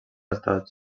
estats